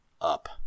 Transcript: up